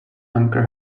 anchor